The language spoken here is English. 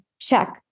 check